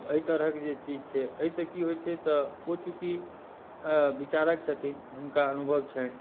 एहि तरहक जे चीज छै एहिसँ की होइ छै तऽ ओ चूँकि विचारके छथिन हुनका अनुभव छन्हि